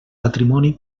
patrimoni